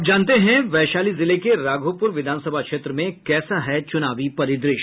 अब जानते हैं वैशाली जिले के राघोपुर विधान सभा क्षेत्र में कैसा है चुनावी परिदृश्य